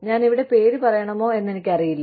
ഞാനിവിടെ പേര് പറയണമോ എന്ന് എനിക്കറിയില്ല